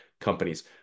companies